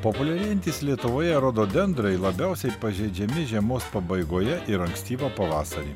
populiarėjantys lietuvoje rododendrai labiausiai pažeidžiami žiemos pabaigoje ir ankstyvą pavasarį